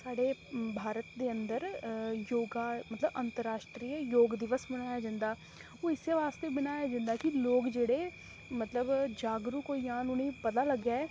साढ़े भारत दे अंदर योग मतलब अंतरराश्ट्रीय योग दिवस मनाया जंदा ओह् इस्सै वास्तै बनाया जंदा कि लोग जेह्ड़े मतलब जागरूक होई जान उ'नेंगी पता लग्गै